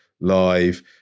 live